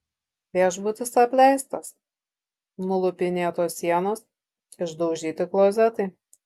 viešbutis apleistas nulupinėtos sienos išdaužyti klozetai